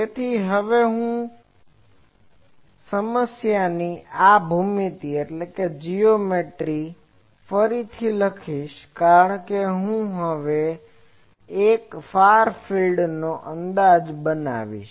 તેથી હવે હું સમસ્યાની આ ભૂમિતિ ફરીથી લખીશ કારણ કે હવે હું એક ફાર ફિલ્ડ નો અંદાજ બનાવીશ